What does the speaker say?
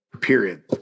period